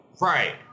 right